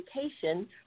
education